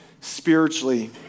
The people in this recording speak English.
spiritually